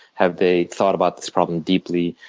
have they thought about the problem deeply?